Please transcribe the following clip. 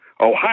Ohio